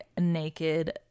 naked